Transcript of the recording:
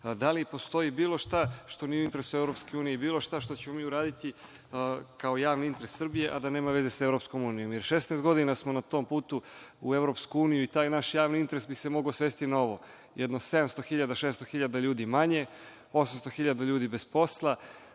EU.Da li postoji bilo šta što nije u interesu EU i bilo šta što ćemo mi uraditi kao javni interes Srbije, a da nema veze sa EU, jer 16 godina smo na tom putu u EU i taj naš javni interes bi se mogao svesti na ovo - jedno 600, 700.000 ljudi manje, 800.000 ljudi bez posla,